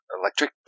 electric